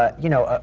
ah you know, ah